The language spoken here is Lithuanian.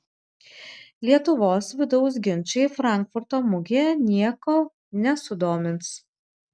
lietuvos vidaus ginčai frankfurto mugėje nieko nesudomins